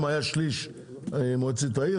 פעם היה שליש מועצת העיר,